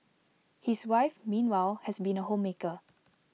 his wife meanwhile has been A homemaker